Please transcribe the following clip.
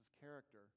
character